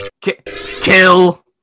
kill